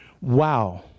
wow